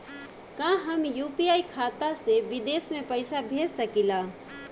का हम यू.पी.आई खाता से विदेश में पइसा भेज सकिला?